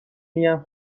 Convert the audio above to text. میگن